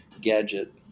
gadget